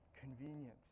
convenient